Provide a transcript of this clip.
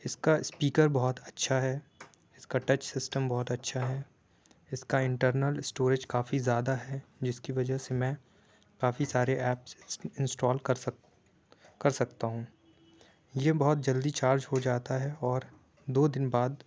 اس کا اسپیکر بہت اچھا ہے اس کا ٹچ سسٹم بہت اچھا ہے اس کا انٹرنل اسٹوریج کافی زیادہ ہے جس کی وجہ سے میں کافی سارے ایپس انس انسٹال کر سک کر سکتا ہوں یہ بہت جلدی چارج ہو جاتا ہے اور دو دن بعد